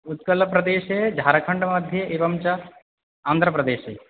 उत्कलप्रदेशे झार्खण्ड् मध्ये एवं च आन्ध्रप्रदेशे